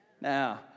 Now